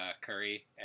Curry